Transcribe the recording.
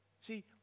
See